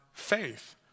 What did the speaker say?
faith